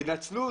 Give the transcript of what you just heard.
תנצלו.